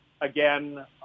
again